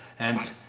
and,